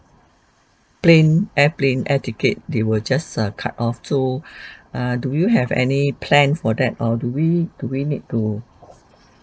plane airplane air ticket they will just err cut off so err do you have any plan for that or do we do we need to